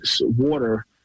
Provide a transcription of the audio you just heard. water